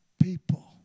people